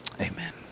Amen